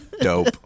dope